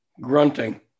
grunting